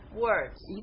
words